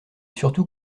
surtout